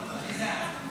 הוראת שעה,